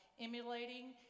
emulating